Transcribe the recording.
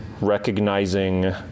recognizing